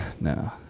No